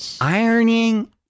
Ironing